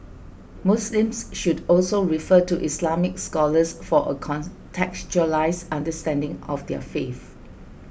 Muslims should also refer to Islamic scholars for a contextualised understanding of their faith